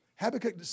Habakkuk